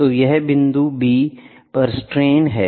तो यह b बिंदु पर स्ट्रेन है